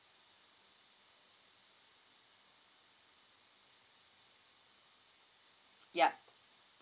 yup